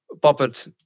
puppet